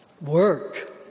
Work